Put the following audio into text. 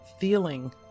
feeling